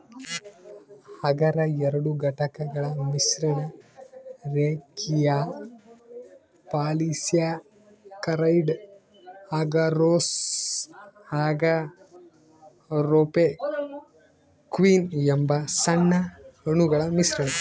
ಅಗರ್ ಎರಡು ಘಟಕಗಳ ಮಿಶ್ರಣ ರೇಖೀಯ ಪಾಲಿಸ್ಯಾಕರೈಡ್ ಅಗರೋಸ್ ಅಗಾರೊಪೆಕ್ಟಿನ್ ಎಂಬ ಸಣ್ಣ ಅಣುಗಳ ಮಿಶ್ರಣ